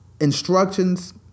instructions